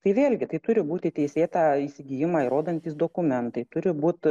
tai vėlgi tai turi būti teisėtą įsigijimą įrodantys dokumentai turi būt